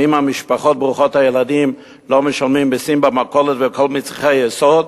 האם המשפחות ברוכות הילדים לא משלמות מסים במכולת בכל מצרכי היסוד?